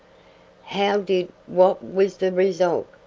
how did what was the result?